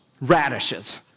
radishes